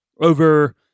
over